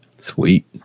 Sweet